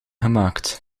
gemaakt